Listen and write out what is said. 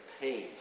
pain